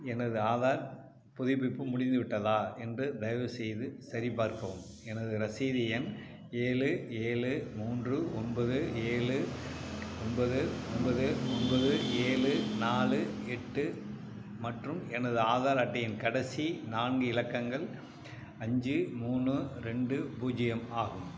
எனது ஆதார் புதுப்பிப்பு முடிந்து விட்டதா என்று தயவு செய்து சரிபார்க்கவும் எனது ரசீது எண் ஏழு ஏழு மூன்று ஒன்பது ஏழு ஒன்பது ஒன்பது ஒன்பது ஏழு நாலு எட்டு மற்றும் எனது ஆதார் அட்டையின் கடைசி நான்கு இலக்கங்கள் அஞ்சு மூணு ரெண்டு பூஜ்ஜியம் ஆகும்